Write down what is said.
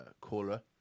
caller